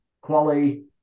quality